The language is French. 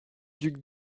duc